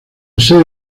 sede